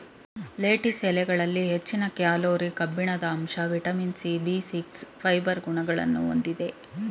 lettuce ಎಲೆಗಳಲ್ಲಿ ಹೆಚ್ಚಿನ calorie, ಕಬ್ಬಿಣದಂಶ, vitamin C, B six, fibre ಗುಣಗಳನ್ನು ಹೊಂದಿದೆ